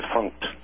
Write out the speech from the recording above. defunct